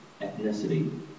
ethnicity